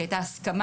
כי הייתה הסכמה,